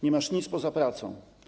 Nie masz nic poza pracą.